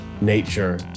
nature